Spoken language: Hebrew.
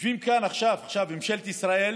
יושבות כאן עכשיו בממשלת ישראל